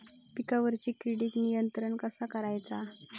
पिकावरची किडीक नियंत्रण कसा करायचा?